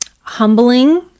humbling